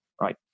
right